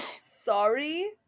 Sorry